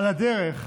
על הדרך,